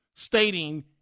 Stating